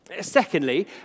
Secondly